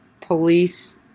police